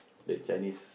the Chinese